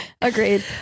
Agreed